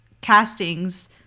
castings